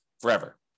forever